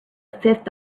fifth